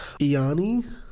Iani